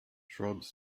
shrubs